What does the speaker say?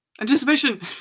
anticipation